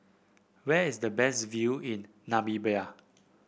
where is the best view in Namibia